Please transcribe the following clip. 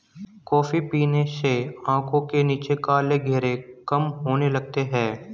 coffee पीने से आंखों के नीचे काले घेरे कम होने लगते हैं